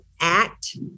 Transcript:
act